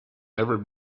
never